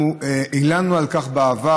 אנחנו הלנו על כך בעבר,